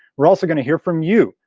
we're also gonna hear from you,